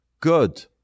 Good